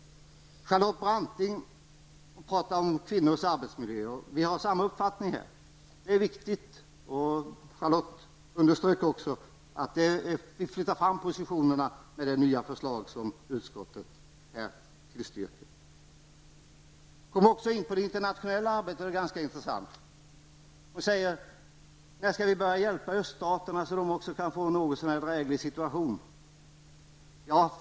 Charlotte Branting pratar om kvinnors arbetsmiljö. Vi har samma uppfattning i den frågan och den är viktig. Charlotte Branting underströk också att vi flyttar fram positionerna med det nya förslag som utskottet tillstyrker. Hon kom också in på det internationella arbetet och det är ganska intressant. Hon undrar när vi skall börja hjälpa öststaterna, så att de också kan få en något så när dräglig situation.